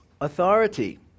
authority